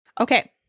Okay